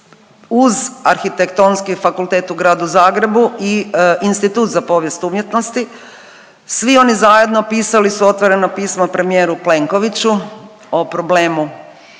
uz Arhitektonski fakultet u gradu Zagrebu i Institut za povijest umjetnosti, svi oni zajedno pisali su otvoreno pismo premijeru Plenkoviću o problemu